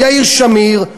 יאיר שמיר,